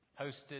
hosted